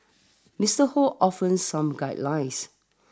Mister Ho offers some guidelines